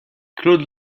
claude